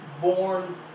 born